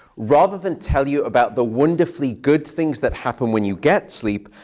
rather than tell you about the wonderfully good things that happen when you get sleep,